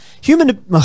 Human